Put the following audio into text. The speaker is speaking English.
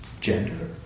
gender